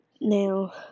Now